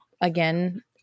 again